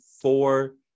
four